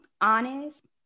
honest